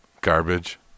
Garbage